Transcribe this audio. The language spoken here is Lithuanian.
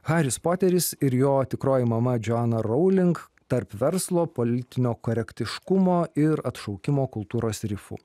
haris poteris ir jo tikroji mama džoana rowling tarp verslo politinio korektiškumo ir atšaukimo kultūros rifų